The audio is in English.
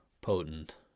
potent